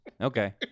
Okay